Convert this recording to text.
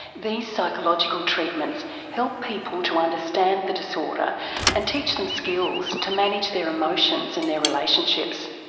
these psychological treatments help people to understand the disorder and teach them skills to manage their emotions and their relationships.